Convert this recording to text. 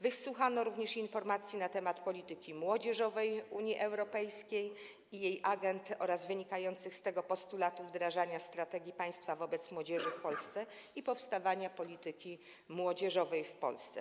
Wysłuchano również informacji na temat polityki młodzieżowej Unii Europejskiej i jej agend oraz wynikających z tego postulatów wdrażania strategii państwa wobec młodzieży w Polsce i powstawania polityki młodzieżowej w Polsce.